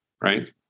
right